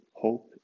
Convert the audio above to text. Hope